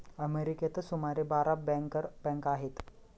अमेरिकेतच सुमारे बारा बँकर बँका आहेत